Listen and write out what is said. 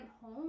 home